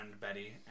Betty